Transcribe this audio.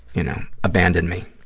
you know, abandon me.